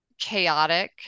Chaotic